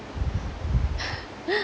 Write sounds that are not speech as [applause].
[laughs]